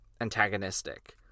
antagonistic